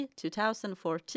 2014